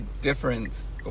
difference